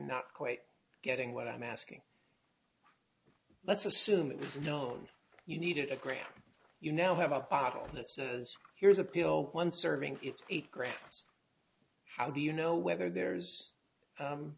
not quite getting what i'm asking let's assume it was known you needed a gram you now have a bottle and it says here's a pill one serving it's eight grams how do you know whether there's